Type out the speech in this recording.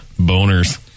boners